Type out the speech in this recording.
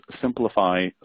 simplify